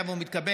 היה והוא מתקבל,